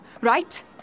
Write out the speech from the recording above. right